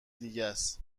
دیگهس